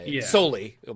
solely